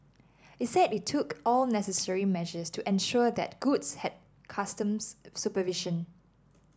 it said it took all necessary measures to ensure that goods had customs supervision